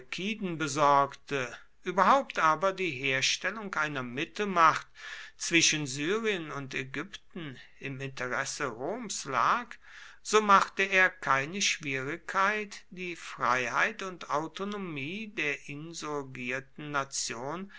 seleukiden besorgte überhaupt aber die herstellung einer mittelmacht zwischen syrien und ägypten im interesse roms lag so machte er keine schwierigkeit die freiheit und autonomie der insurgierten nation